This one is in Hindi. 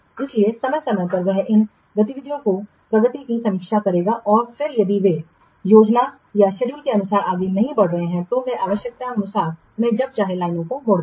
इसलिए समय समय पर वह इन गतिविधियों की प्रगति की समीक्षा करेगा और फिर यदि वे योजना या शेड्यूल के अनुसार आगे नहीं बढ़ रहे हैं तो वह आवश्यकतानुसार और जब चाहे लाइनों को मोड़ देगा